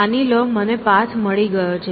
માની લો કે મને પાથ મળી ગયો છે